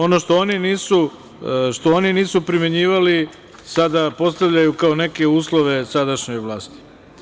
Ono što oni nisu primenjivali sada postavljaju kao neke uslove sadašnjoj vlasti.